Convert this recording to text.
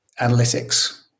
analytics